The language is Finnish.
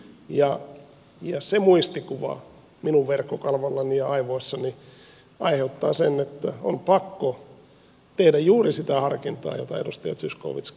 ja se muistikuva minun verkkokalvoillani ja aivoissani aiheuttaa sen että on pakko tehdä juuri sitä harkintaa jota edustaja zyskowicz kuvasi